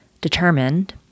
determined